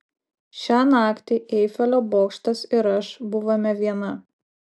šią naktį eifelio bokštas ir aš buvome viena